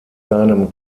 seinem